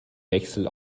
wechsel